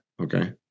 Okay